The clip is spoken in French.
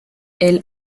elle